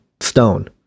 stone